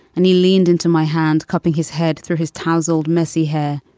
and he leaned into my hand, cupping his head through his tousled, messy hair.